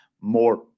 more